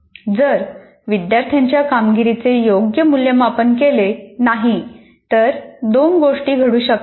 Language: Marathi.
जर विद्यार्थ्यांच्या कामगिरीचे योग्य मूल्यांकन केले नाही तर दोन गोष्टी घडू शकतात